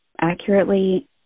accurately